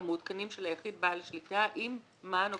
המעודכנים של היחיד בעל השליטה אם מען או